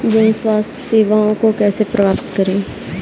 जन स्वास्थ्य सेवाओं को कैसे प्राप्त करें?